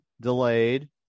delayed